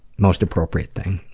most appropriate thing,